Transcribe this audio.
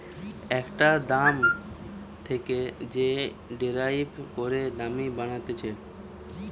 একটা দাম থেকে যে ডেরাইভ করে দাম বানাতিছে